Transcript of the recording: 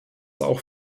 auch